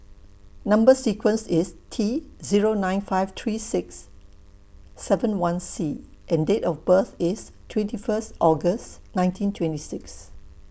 Number sequence IS T Zero nine five three six seven one C and Date of birth IS twenty First August nineteen twenty six